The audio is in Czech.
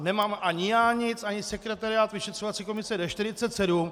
Nemám ani já nic, ani sekretariát vyšetřovací komise D47.